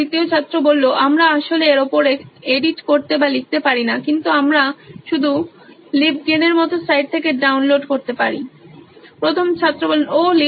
দ্বিতীয় ছাত্র আমরা আসলে এর উপরে এডিট করতে বা লিখতে পারি না কিন্তু আমরা শুধু LibGen এর মত সাইট থেকে ডাউনলোড করতে পারি প্রথম ছাত্র ওহ্